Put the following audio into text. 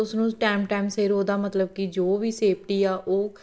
ਉਸਨੂੰ time time ਸਿਰ ਉਹਦਾ ਮਤਲਬ ਕਿ ਜੋ ਵੀ ਸੇਫਟੀ ਆ ਉਹ